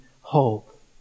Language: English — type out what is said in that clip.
hope